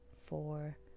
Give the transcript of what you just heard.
four